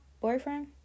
boyfriend